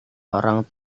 orang